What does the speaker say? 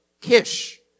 Kish